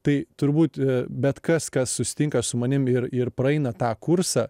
tai turbūt bet kas kas susitinka su manim ir ir praeina tą kursą